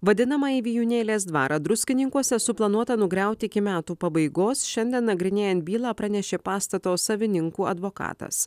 vadinamąjį vijūnėlės dvarą druskininkuose suplanuota nugriauti iki metų pabaigos šiandien nagrinėjant bylą pranešė pastato savininkų advokatas